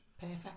perfect